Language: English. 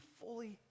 fully